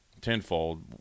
tenfold